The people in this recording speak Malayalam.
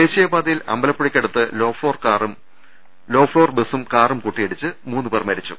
ദേശീയപാതയിൽ അമ്പലപ്പുഴയ്ക്കടുത്ത് ലോഫ്ളോർ ബസ്സും കാറും കൂട്ടിയിടിച്ച് മൂന്ന് പേർ മരിച്ചു